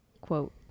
quote